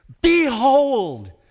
Behold